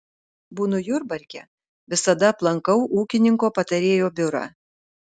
būnu jurbarke visada aplankau ūkininko patarėjo biurą